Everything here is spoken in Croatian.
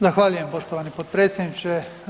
Zahvaljujem poštovani potpredsjedniče.